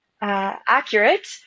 accurate